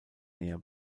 näher